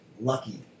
lucky